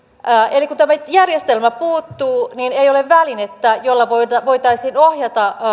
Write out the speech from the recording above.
eli kun tämä järjestelmä puuttuu niin ei ole välinettä jolla voitaisiin ohjata